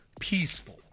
peaceful